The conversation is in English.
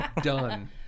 Done